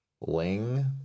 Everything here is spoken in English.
Ling